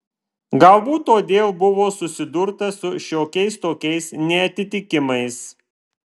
galbūt todėl buvo susidurta su šiokiais tokiais neatitikimais